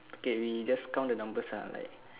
okay we just count the numbers ah like